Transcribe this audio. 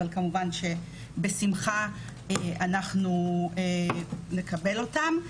אבל כמובן בשמחה אנחנו נקבל אותם.